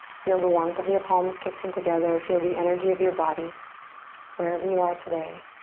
feel the warmth of your palms kissing together. feel the energy of your body wherever you are today.